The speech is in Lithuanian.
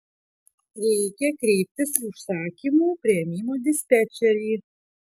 reikia kreiptis į užsakymų priėmimo dispečerį